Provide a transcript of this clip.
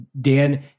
Dan